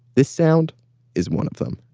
this sound is one of them